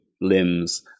limbs